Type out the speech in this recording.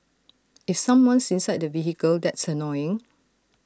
if someone's inside the vehicle that's annoying